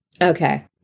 Okay